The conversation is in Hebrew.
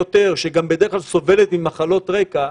שהיא בדרך כלל גם סובלת ממחלות רקע,